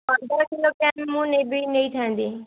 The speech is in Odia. ପନ୍ଦର କିଲୋଗ୍ରାମ୍ ମୁଁ ନେବି ନେଇଥାନ୍ତି